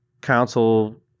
council